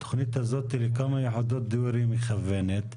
לכמה יחידות דיור התכנית מכוונת?